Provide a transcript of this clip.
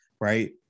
right